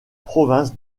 province